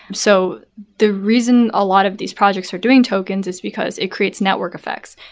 so the reason a lot of these projects are doing tokens is because it creates network effects.